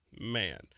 Man